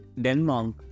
Denmark